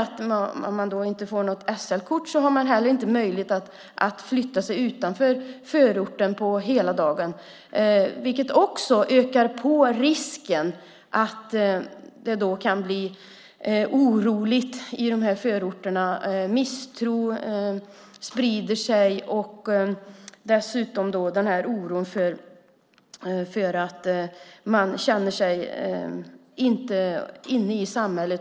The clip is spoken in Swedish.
Om man inte får något SL-kort har man inte möjlighet att flytta sig utanför förorten på hela dagen, vilket också ökar risken för att det kan bli oroligt i de här förorterna. Misstro sprider sig. Dessutom finns den här oron. Man känner det inte som att man är inne i samhället.